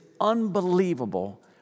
unbelievable